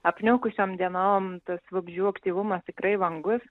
apniukusiom dienom tas vabzdžių aktyvumas tikrai vangus